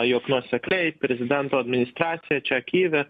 jog nuosekliai prezidento administracija čia kijeve